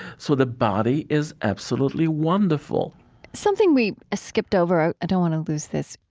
so the body is absolutely wonderful something we ah skipped over, i i don't want to lose this.